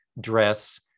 dress